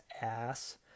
ass